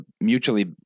mutually